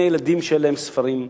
מי הילדים שאין להם ספרים בכיתה.